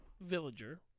villager